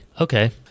Okay